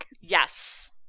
Yes